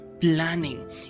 planning